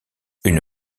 une